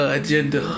agenda